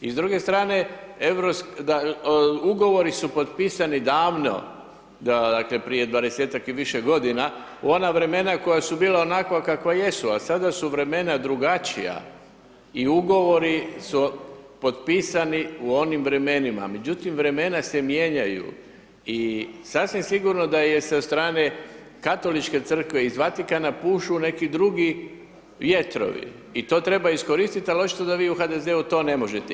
I s druge strane, ugovori su potpisani davno dakle prije 20-ak i više godina u ona vremena koja su bila onakva kakva jesu a sada su vremena drugačija i ugovori su potpisani u onim vremenima, međutim vremena se mijenjaju i sasvim sigurno da je se od strane Katoličke crkve iz Vatikana pušu neki drugi vjetrovi i to treba iskoristiti ali očito da vi u HDZ-u to ne možete.